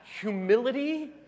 Humility